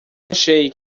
achei